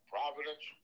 Providence